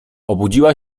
obudziła